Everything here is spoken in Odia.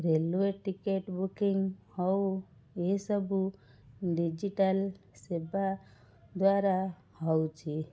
ରେଲୱେ ଟିକେଟ୍ ବୁକିଂ ହେଉ ଏସବୁ ଡିଜିଟାଲ ସେବା ଦ୍ଵାରା ହେଉଛି